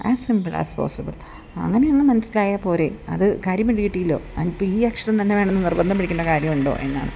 as simple as possible അങ്ങനെ അങ്ങ് മനസ്സിലായാൽ പോരെ അത് കാര്യം പിടികിട്ടിയല്ലൊ അതിനിപ്പം ഈ അക്ഷരം തന്നെ വേണമെന്ന് നിർബന്ധം പിടിക്കേണ്ട കാര്യം ഉണ്ടോ എന്നാണ്